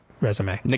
resume